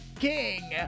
King